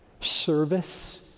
service